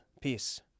Peace